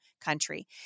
country